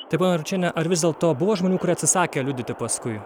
tai ponia ručiene ar vis dėlto buvo žmonių kurie atsisakė liudyti paskui